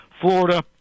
Florida